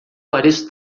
pareço